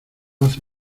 hace